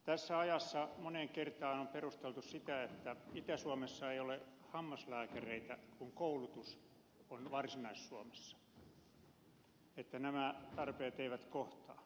tässä ajassa moneen kertaan on perusteltu sitä että itä suomessa ei ole hammaslääkäreitä kun koulutus on varsinais suomessa että nämä tarpeet eivät kohtaa